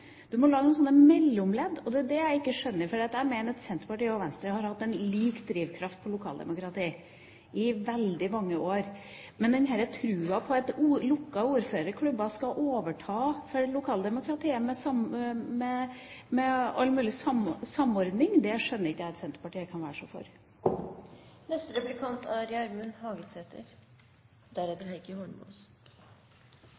må lage noen mellomledd. Og det er det jeg ikke skjønner, for jeg mener at Senterpartiet og Venstre har hatt en lik drivkraft med hensyn til lokaldemokrati i veldig mange år, men denne troen på at lukkede ordførerklubber skal overta for lokaldemokratiet med all mulig samordning – det skjønner jeg ikke at Senterpartiet kan være så for. Representanten Skei Grande brukte begrepet «rettighetsfundamentalist» om Fremskrittspartiet. Hvis det betyr at vi er